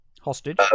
hostage